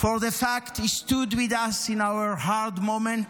for the fact he stood with us in our hard moment.